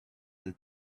that